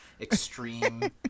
extreme